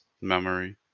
memory